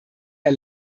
der